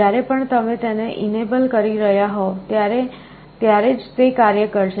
જ્યારે પણ તમે તેને enable કરી રહ્યાં હોવ ત્યારે જ તે કાર્ય કરશે